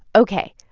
ok,